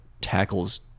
tackles